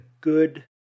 good